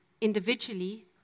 individually